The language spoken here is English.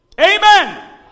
amen